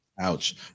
Ouch